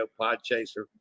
Podchaser